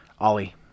Ollie